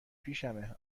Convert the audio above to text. پیشمه